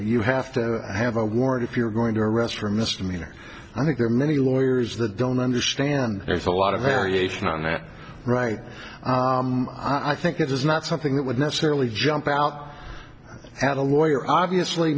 you have to have a warrant if you're going to arrest for a misdemeanor i think there are many lawyers that don't understand there's a lot of variation on that right i think it is not something that would necessarily jump out at a lawyer obviously